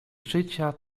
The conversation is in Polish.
życia